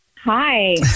Hi